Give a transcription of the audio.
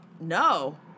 no